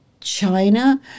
China